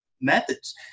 methods